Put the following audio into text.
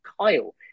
Kyle